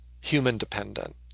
human-dependent